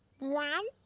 one,